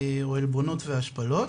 או עלבונות והשפלות.